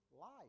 life